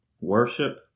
worship